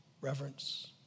reverence